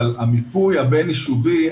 אבל המיפוי הבין-יישובי,